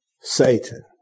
Satan